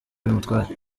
bimutwaye